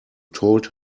told